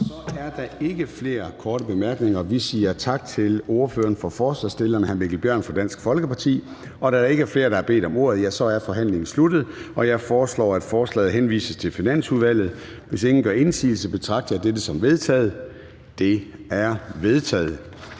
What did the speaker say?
så er der ikke flere korte bemærkninger. Vi siger tak til ordføreren for forslagsstillerne, hr. Mikkel Bjørn fra Dansk Folkeparti. Da der ikke er flere, der har bedt om ordet, er forhandlingen sluttet. Jeg foreslår, at forslaget til folketingsbeslutning henvises til Finansudvalget. Hvis ingen gør indsigelse, betragter jeg dette som vedtaget. Det er vedtaget.